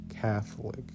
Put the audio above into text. Catholic